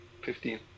Fifteen